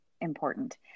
important